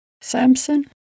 Samson